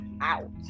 out